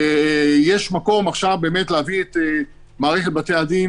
ויש מקום עכשיו באמת להביא את מערכת בתי הדין